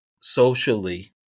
socially